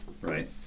Right